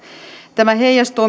tämä heijastuu